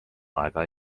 aega